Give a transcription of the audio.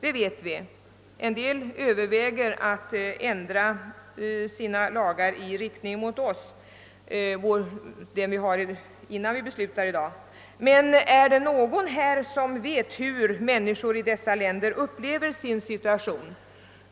En del länder överväger att ändra sina lagar i riktning mot det som gäller här innan vi fattar beslutet i dag. är det någon som vet hur människan i dessa länder upplever sin situation?